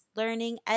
learning